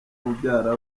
mubyara